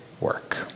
work